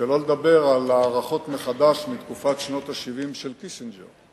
שלא לדבר על ההערכות מחדש מתקופת שנות ה-70 של קיסינג'ר.